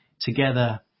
together